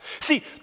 See